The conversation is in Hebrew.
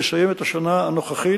יסיים את השנה הנוכחית,